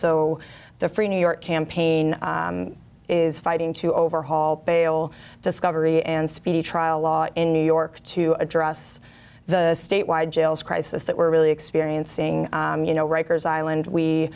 so the free new york campaign is fighting to overhaul bail discovery and speedy trial laws in new york to address the state wide jails crisis that we're really experiencing you know rikers island we